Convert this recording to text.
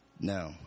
No